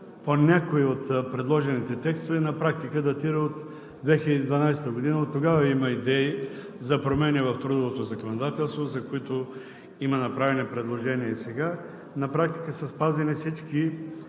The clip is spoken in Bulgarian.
по някои от предложените текстове на практика датира от 2012 г., оттогава има идеи за промени в трудовото законодателство, за които има направени предложения и сега. На практика са спазени всички